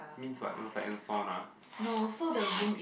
means what it was like in a sauna